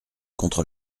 contre